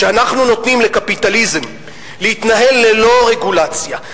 כשאנחנו נותנים לקפיטליזם להתנהל ללא רגולציה,